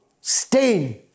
stain